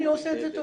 זה.